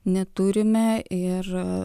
neturime ir